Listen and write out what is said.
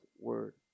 word